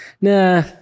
nah